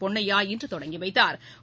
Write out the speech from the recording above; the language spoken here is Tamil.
பொன்னையா இன்று தொடங்கி வைத்தாா்